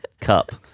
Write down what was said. cup